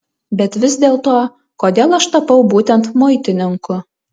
bet vis dėlto kodėl aš tapau būtent muitininku